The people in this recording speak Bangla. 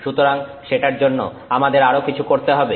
সুতরাং সেটার জন্য আমাদের আরও কিছু করতে হবে